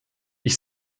ich